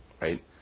right